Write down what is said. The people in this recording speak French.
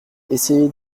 essayez